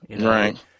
Right